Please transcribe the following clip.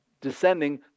descending